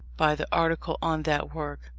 by the article on that work,